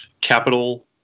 capital